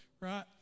right